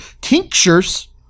tinctures